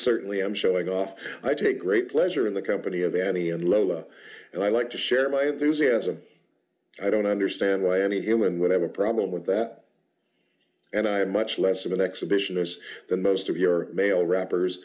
certainly i'm showing off i take great pleasure in the company of any and lola and i like to share my enthusiasm i don't understand why any human would have a problem with that and i am much less of an exhibitionist than most of your male rappers